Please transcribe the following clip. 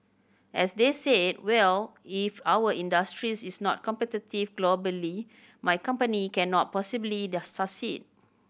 as they said well if our industries is not competitive globally my company cannot possibly their succeed